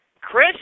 Chris